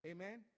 Amen